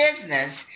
business